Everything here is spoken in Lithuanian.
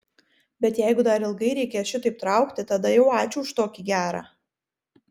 bet jeigu dar ilgai reikės šitaip traukti tada jau ačiū už tokį gerą